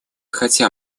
хотя